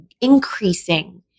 increasing